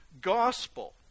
gospel